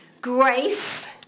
grace